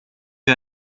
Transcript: wir